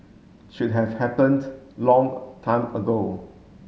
should have happened long time ago